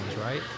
right